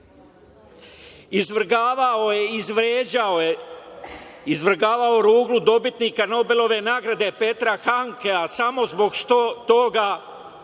Izvrgavao je i izvređao je, izvrgavao ruglu dobitnika Nobelove nagrade Petra Hankea, samo zbog toga